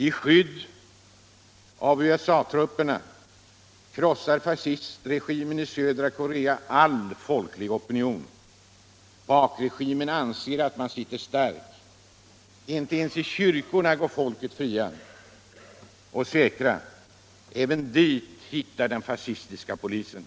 I hägnet av dessa trupper krossar fascistregimen i södra Korea all folklig opinion. Pakregimen anser att man sitter stark — inte ens iI kyrkorna går människorna säkra, iäven dit hittar den fascistiska polisen.